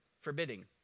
forbidding